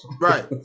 Right